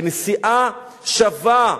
כנשיאה שווה,